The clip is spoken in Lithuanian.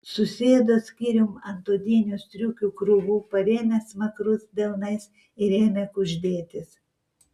susėdo skyrium ant odinių striukių krūvų parėmė smakrus delnais ir ėmė kuždėtis